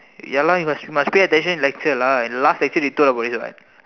ya lah you must must pay attention in lecture lah in last lecture they told about this what